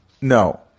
No